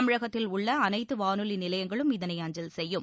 தமிழகத்தில் உள்ள அனைத்து வானொலி நிலையங்களும் இதனை அஞ்சல் செய்யும்